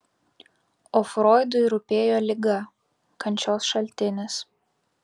o froidui rūpėjo liga kančios šaltinis